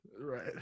Right